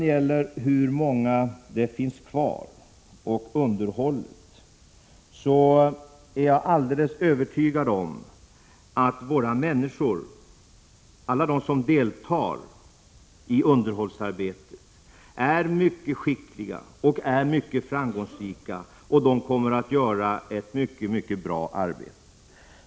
I fråga om underhållet är jag alldeles övertygad om att alla de som deltar i underhållsarbetet är mycket skickliga och framgångsrika och att de kommer att göra ett mycket bra arbete.